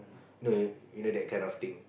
no you know that kind of thing